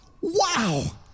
Wow